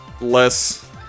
less